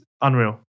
unreal